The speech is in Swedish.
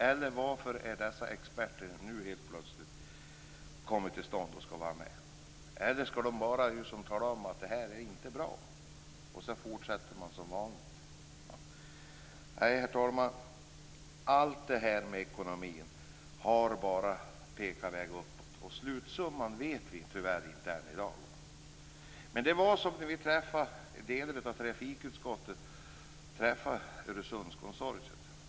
Eller varför skall plötsligt dessa experter få vara med? Eller skall de bara tala om att något inte är bra, sedan fortsätter man som vanligt? Herr talman! Allt detta med ekonomi har bara pekat uppåt. Slutsumman vet vi tyvärr inte än i dag. Delar av trafikutskottet har träffat Öresundskonsortiet.